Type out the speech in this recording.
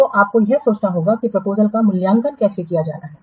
तो आपको यह सोचना होगा कि प्रपोजलस का मूल्यांकन कैसे किया जाना है